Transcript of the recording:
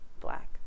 black